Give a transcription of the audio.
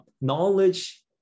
knowledge